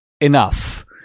enough